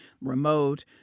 remote